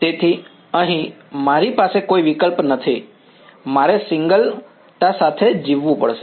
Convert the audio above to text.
તેથી અહીં મારી પાસે કોઈ વિકલ્પ નથી મારે સિંગલ તા સાથે જીવવું પડશે